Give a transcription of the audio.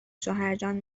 شوهرجان